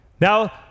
now